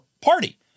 party